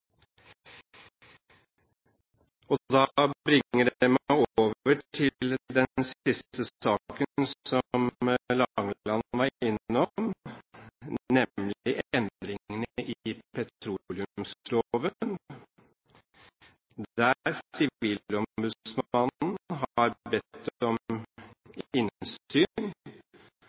Det bringer meg over til den siste saken, som Langeland var innom, nemlig endringene i petroleumsloven, der sivilombudsmannen har bedt om innsyn